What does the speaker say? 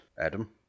Adam